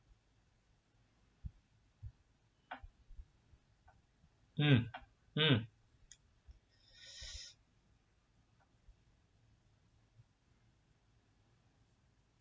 mm mm